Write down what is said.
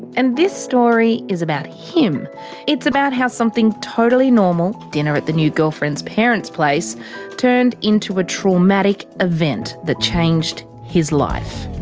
and this story is about him and it's about how something totally normal dinner at the new girlfriend's parents' place turned into a traumatic event that changed his life.